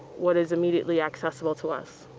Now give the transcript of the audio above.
what is immediately accessible to us?